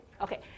Okay